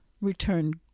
returned